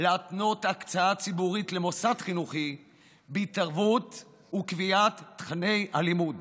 להתנות הקצאה ציבורית למוסד חינוכי בהתערבות ובקביעת תוכני הלימוד.